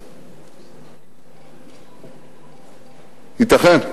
ייתכן.